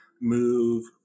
move